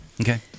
Okay